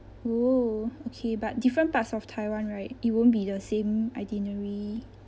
oh okay but different parts of taiwan right it won't be the same itinerary